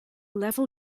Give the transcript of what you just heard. level